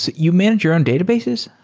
you manage your own databases?